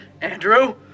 Andrew